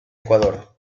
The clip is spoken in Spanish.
ecuador